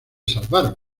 salvaron